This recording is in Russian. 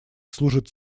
служат